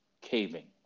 caving